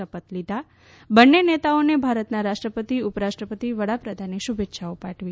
શપથ લીધાં બંને નેતાઓને ભારતના રાષ્ટ્રપતિ ઉપરાષ્ટ્રપતિ વડાપ્રધાને શુભેચ્છાઓ પાઠવી